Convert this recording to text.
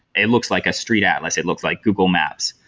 it looks like a street atlas. it looks like google maps.